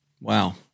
Wow